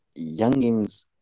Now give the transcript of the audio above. youngins